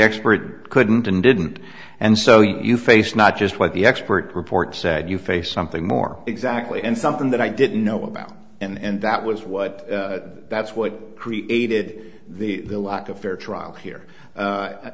expert couldn't and didn't and so you faced not just what the expert report said you face something more exactly and something that i didn't know about and that was what that's what created the lack of fair trial here